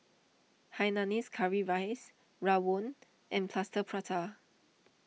Hainanese Curry Rice Rawon and Plaster Prata